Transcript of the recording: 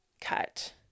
cut